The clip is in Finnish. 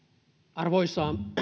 arvoisa